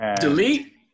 Delete